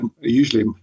usually